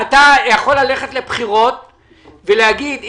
אתה יכול ללכת לבחירות ולהגיד,